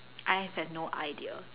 I have no idea